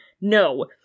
No